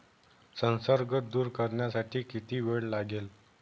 संसर्ग दूर करण्यासाठी किती वेळ लागेल?